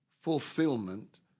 fulfillment